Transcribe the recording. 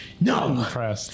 no